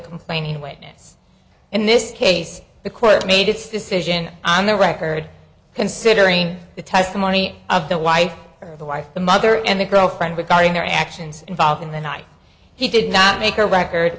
complaining witness in this case the court made its decision on the record considering the testimony of the wife of the wife the mother and the girlfriend regarding their actions involved in the night he did not make her record